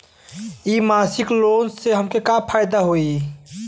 इ मासिक लोन से हमके का फायदा होई?